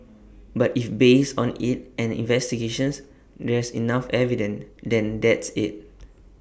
but if based on IT and investigations there's enough evidence then that's IT